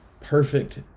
perfect